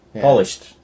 polished